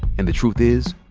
and the truth is,